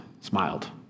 smiled